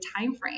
timeframe